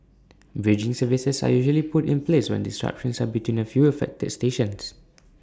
bridging services are usually put in place when disruptions are between A few affected stations